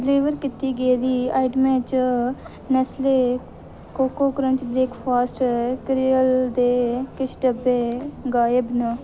deliver कीती गेदी आइटमें च Nestle cocoa crunch breakfast cereal दे किश डब्बे गायब न